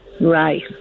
right